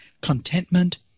contentment